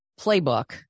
playbook